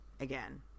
again